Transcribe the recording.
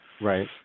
Right